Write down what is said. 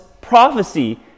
prophecy